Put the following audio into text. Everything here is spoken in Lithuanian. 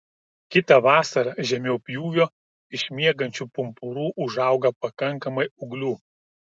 kitą vasarą žemiau pjūvio iš miegančių pumpurų užauga pakankamai ūglių